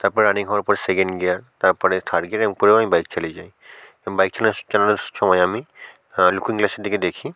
তার পরে রানিং হওয়ার পর সেকেন্ড গিয়ার তার পরে থার্ড গিয়ার এরকম করে করে আমি বাইক চালিয়ে যাই এবং বাইক চালানোর সময় আমি লুকিং গ্লাসের দিকে দেখি